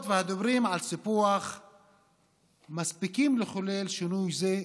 והדיבורים על סיפוח מספיקים לחולל שינוי זה,